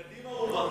בקדימה הוא בחר.